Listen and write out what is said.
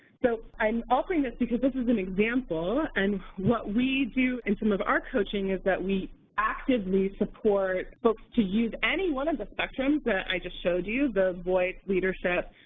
so i'm offering this because this is an example, and what we do in some of our coaching is that we actively support folks to use any one of the spectrums that i just showed you the voice, leadership,